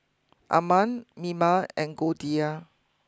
Arman Mima and Goldia